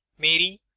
mary,